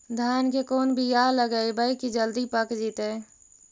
धान के कोन बियाह लगइबै की जल्दी पक जितै?